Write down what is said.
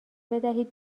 بدهید